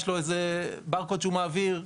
יש לו איזה ברקוד שהוא מעביר,